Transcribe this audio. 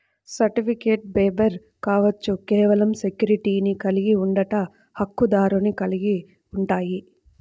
సర్టిఫికెట్లుబేరర్ కావచ్చు, కేవలం సెక్యూరిటీని కలిగి ఉండట, హక్కుదారుని కలిగి ఉంటాయి,